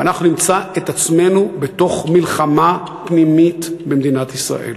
ואנחנו נמצא את עצמנו בתוך מלחמה פנימית במדינת ישראל.